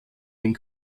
den